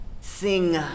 Sing